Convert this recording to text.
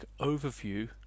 overview